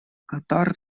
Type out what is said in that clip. катар